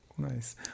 Nice